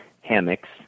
hammocks